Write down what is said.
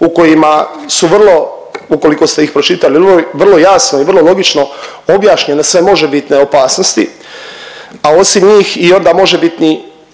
u kojima su vrlo ukoliko ste ih pročitali vrlo jasno i vrlo logično objašnjene sve možebitne opasnosti, a osim njih i onda